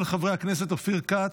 של חברי הכנסת אופיר כץ,